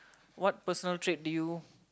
what personal trait do you